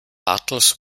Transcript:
bartels